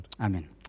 Amen